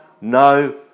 no